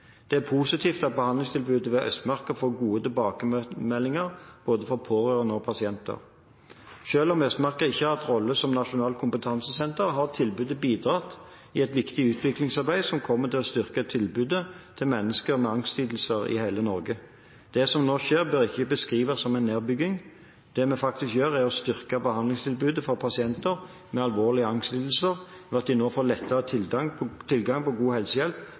Det er positivt at behandlingstilbudet ved Østmarka får gode tilbakemeldinger fra både pårørende og pasienter. Selv om Østmarka ikke har hatt rolle som nasjonalt kompetansesenter, har tilbudet bidratt i et viktig utviklingsarbeid som kommer til å styrke tilbudet til mennesker med angstlidelser i hele Norge. Det som nå skjer, bør ikke beskrives som en nedbygging. Det vi faktisk gjør, er å styrke behandlingstilbudet for pasienter med alvorlige angstlidelser ved at de nå får lettere tilgang på god helsehjelp